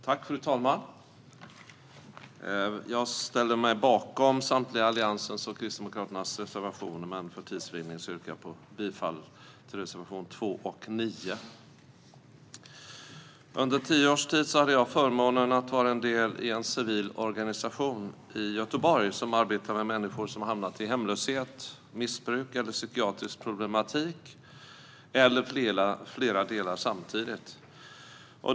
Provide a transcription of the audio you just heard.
Fru talman! Jag ställer mig bakom samtliga Alliansens och Kristdemokraternas reservationer, men för tids vinnande yrkar jag bifall endast till reservationerna 2 och 9. Under tio års tid hade jag förmånen att vara en del i en civil organisation i Göteborg som arbetar med människor som hamnat i hemlöshet, missbruk, psykiatrisk problematik eller flera delar samtidigt.